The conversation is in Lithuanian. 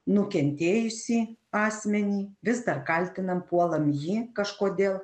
nukentėjusį asmenį vis dar kaltinam puolam jį kažkodėl